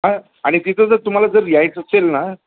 हा आणि तिथं जर तुम्हाला जर यायचं असेल ना